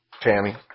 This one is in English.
Tammy